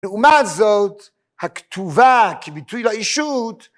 לעומת זאת הכתובה כביטוי לאישות